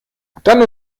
dann